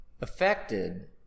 affected